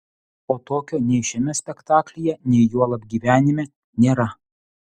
o tokio nei šiame spektaklyje nei juolab gyvenime nėra